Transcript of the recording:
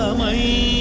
so my